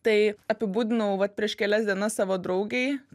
tai apibūdinau vat prieš kelias dienas savo draugei